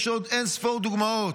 יש עוד אין-ספור דוגמאות.